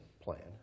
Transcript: Plan